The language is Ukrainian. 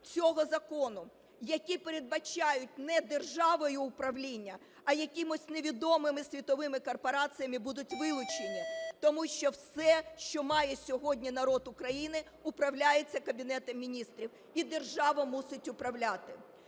цього закону, які передбачають не державою управління, а якимись невідомими світовими корпораціями, будуть вилучені. Тому що все, що має сьогодні народ України, управляється Кабінетом Міністрів, і держава мусить управляти.